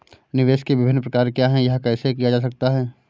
निवेश के विभिन्न प्रकार क्या हैं यह कैसे किया जा सकता है?